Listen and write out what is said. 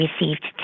received